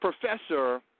Professor